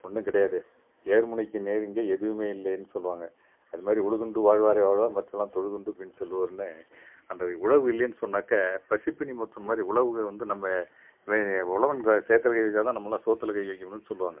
ஒன்றும் கிடையாது ஏர்முனைக்கு நேர் இங்கே எதுவுமே இல்லைன்னு சொல்லுவாங்க அதுமாதிரி உழுதுண்டு வாழ்வாரே வாழ்வார் மற்றதெல்லாம் தொழுதுண்டு பின் செல்வோர்ன்னு அந்த உழவு இல்லைன்னு சொன்னாக்க பசிப்பிணி மட்டும் மாதிரி உழவுக்கு வந்து நம்ம வெ உழவன் க சேத்தில் கை வச்சால்தான் நம்மலாம் சோத்தில் கை வைக்கணும்னு சொல்வாங்க